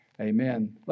Amen